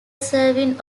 serving